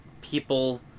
people